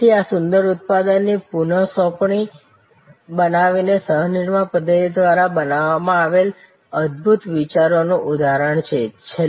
તેથી આ સુંદર ઉત્પાદન ની પુનઃ સોંપણી બનાવીને સહ નિર્માણ પદ્ધતિ દ્વારા બનાવવામાં આવેલ અદ્ભુત વિચારોનું ઉદાહરણ છે